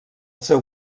seu